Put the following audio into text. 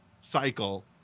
cycle